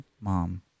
mom